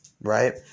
Right